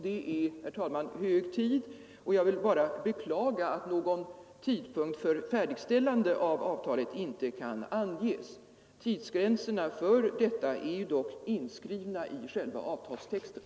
Det är, herr talman, hög tid, och jag vill bara beklaga att någon tidpunkt för färdigställandet av avtalet inte kan anges. Tidsgränserna för detta är ju dock inskrivna i själva avtalstexten.